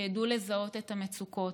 שידעו לזהות את המצוקות,